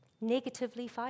negatively